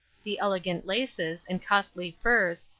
the elegant laces, and costly furs,